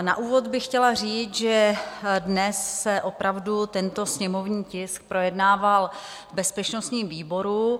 Na úvod bych chtěla říct, že dnes se opravdu tento sněmovní tisk projednával v bezpečnostním výboru.